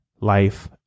life